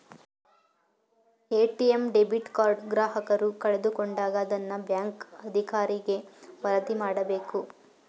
ATM debit card ಗ್ರಾಹಕರು ಕಳೆದುಕೊಂಡಾಗ ಅದನ್ನ ಬ್ಯಾಂಕ್ ಅಧಿಕಾರಿಗೆ ವರದಿ ಮಾಡಬೇಕು